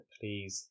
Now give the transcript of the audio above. please